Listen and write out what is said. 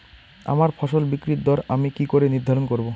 আমার ফসল বিক্রির দর আমি কি করে নির্ধারন করব?